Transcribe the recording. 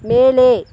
மேலே